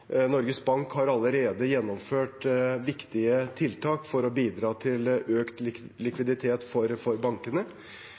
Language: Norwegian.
Norges Bank har allerede gjennomført viktige tiltak for å bidra til økt